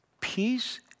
peace